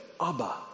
Abba